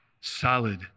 solid